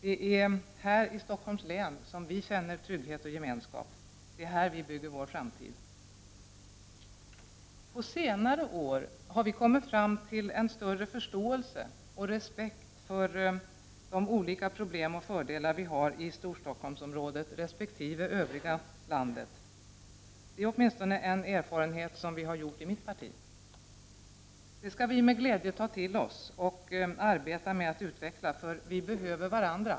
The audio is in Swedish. Det är i Stockholms län som vi känner trygghet och gemenskap. Det är här vi bygger vår framtid. På senare år har vi kommit fram till en större förståelse och respekt för de olika problem och fördelar som finns i Storstockholmsområdet resp. i övriga landet. Det är åtminstone en erfarenhet som vi har gjort i det socialdemokratiska partiet. Det skall vi med glädje ta till oss och arbeta med att utveckla. Vi behöver varandra.